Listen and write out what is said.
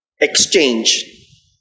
exchange